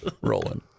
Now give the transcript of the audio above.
Rolling